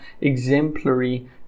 exemplary